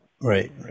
Right